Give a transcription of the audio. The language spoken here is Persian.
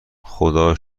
خدا